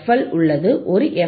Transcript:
L உள்ளது ஒரு F